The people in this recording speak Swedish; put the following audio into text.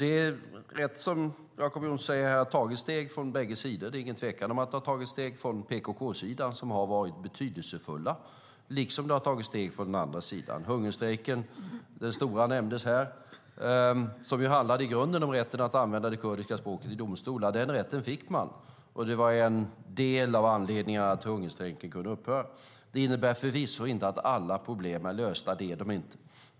Det är rätt som Jacob Johnson säger här att det har tagits steg från bägge sidor. Det är ingen tvekan om att det har tagits steg från PKK-sidan som har varit betydelsefulla, liksom det har tagits steg från den andra sidan. Den stora hungerstrejken nämndes här, och den handlade i grunden om rätten att använda det kurdiska språket i domstolar. Den rätten fick man, och det var en del av anledningarna till att hungerstrejken kunde upphöra. Det innebär förvisso inte att alla problem är lösta, för det är de inte.